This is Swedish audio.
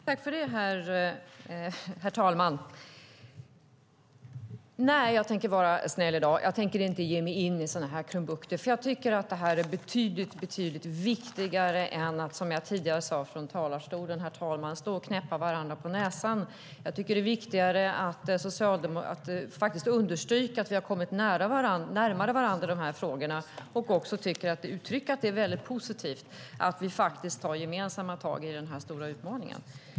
Herr talman! Jag tänker vara snäll i dag och inte ge mig in i sådana krumbukter eftersom jag tycker att detta är betydligt viktigare än att, som jag tidigare sade från talarstolen, vi står och knäpper varandra på näsan. Jag tycker att det är viktigare att faktiskt understryka att vi har kommit närmare varandra i dessa frågor och tycker att det är mycket positivt att vi faktiskt tar gemensamma tag i fråga om denna stora utmaning.